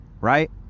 right